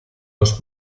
los